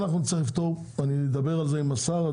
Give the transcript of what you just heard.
אני אדבר על זה עם השר,